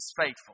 faithful